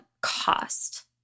cost